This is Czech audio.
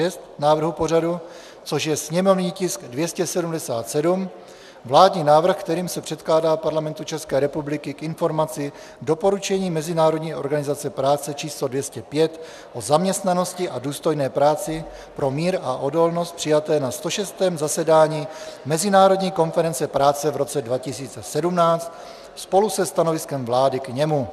bod 176 návrhu pořadu, což je sněmovní tisk 277 vládní návrh, kterým se předkládá Parlamentu České republiky k informaci Doporučení Mezinárodní organizace práce č. 205 o zaměstnanosti a důstojné práci pro mír a odolnost, přijaté na 106. zasedání Mezinárodní konference práce v roce 2017 spolu se stanoviskem vlády k němu.